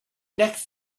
next